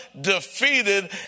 defeated